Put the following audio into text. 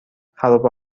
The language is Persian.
خرابه